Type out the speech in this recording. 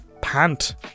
Pant